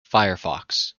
firefox